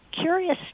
curious